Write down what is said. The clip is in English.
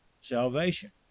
salvation